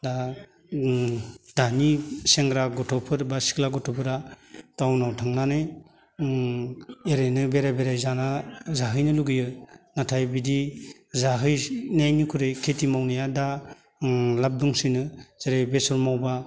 दा दानि सेंग्रा गथ'फोर बा सिख्ला गथ'फोरा थाउनाव थांनानै एरैनो बेराय बेराय जाना जाहैनो लुबैयो नाथाय बिदि जाहैनायनिख्रुय खेथि मावनाया दा लाब दंसिनो जेरै बे समाव